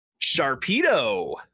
Sharpedo